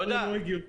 וגם כמו שאמרתי קודם,